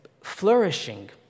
flourishing